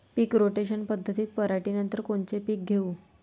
पीक rotation पद्धतीत पराटीनंतर कोनचे पीक घेऊ?